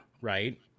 right